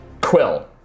Quill